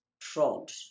trod